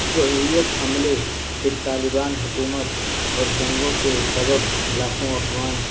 Soviet حملے پھر طالبان حکومت اور جنگوں کے سبب لاکھوں افوان